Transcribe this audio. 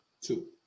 Two